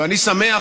ואני שמח,